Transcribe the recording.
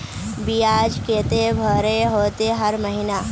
बियाज केते भरे होते हर महीना?